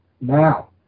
Now